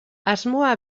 asmoa